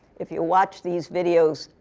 if you watch these videos,